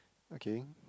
okay